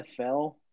NFL